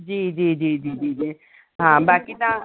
जी जी जी जी जी हा बाक़ी तव्हां